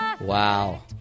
Wow